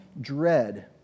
dread